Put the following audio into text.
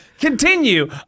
Continue